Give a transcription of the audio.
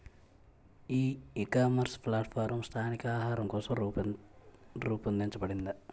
ఈ ecommerce platform స్థానిక ఆహారం కోసం రూపొందించబడిందా?